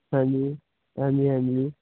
ਹਾਂਜੀ ਹਾਂਜੀ ਹਾਂਜੀ